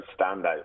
standout